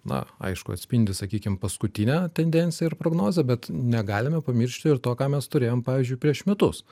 na aišku atspindi sakykim paskutinę tendenciją ir prognozę bet negalime pamiršti ir to ką mes turėjom pavyzdžiui prieš metus